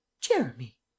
Jeremy